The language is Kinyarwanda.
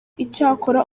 icyakora